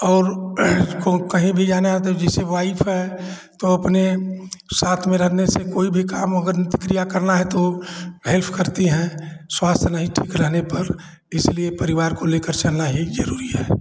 और उसको कहीं भी जाना है तो जैसे वाइफ है तो अपने साथ में रहने से कोई भी काम अगर क्रिया करना है तो हेल्फ करती हैं स्वास्थ नहीं ठीक रहने पर इसलिए परिवार को लेकर चलना ही जरूरी है